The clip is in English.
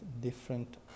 different